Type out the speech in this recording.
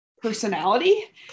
personality